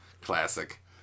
Classic